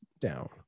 down